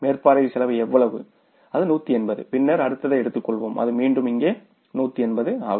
மேற்பார்வை செலவு எவ்வளவு அது 180 பின்னர் அடுத்ததை எடுத்துக்கொள்வோம் அது மீண்டும் இங்கே 180 ஆகும்